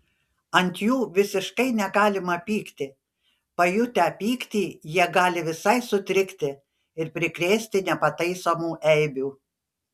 ant jų visiškai negalima pykti pajutę pyktį jie gali visai sutrikti ir prikrėsti nepataisomų eibių